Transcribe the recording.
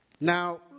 Now